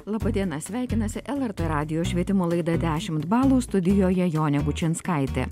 laba diena sveikinasi lrt radijo švietimo laida dešimt balų studijoje jonė kučinskaitė